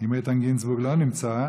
אם איתן גינזבורג לא נמצא,